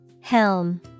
Helm